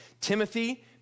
Timothy